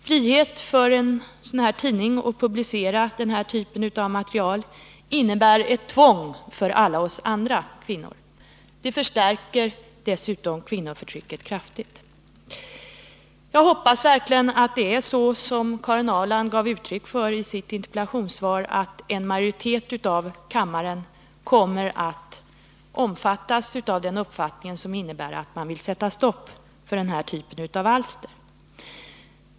Frihet för en sådan här tidning att publicera denna typ av material innebär ett tvång för alla oss andra kvinnor. Det förstärker dessutom kvinnoförtrycket kraftigt. Jag hoppas verkligen att det är så som Karin Ahrland gav uttryck för i sitt anförande att en majoritet i kammaren kommer att ansluta sig till den uppfattning som innebär att man vill sätta stopp för den här typen av alster.